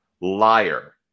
liar